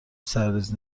سرریز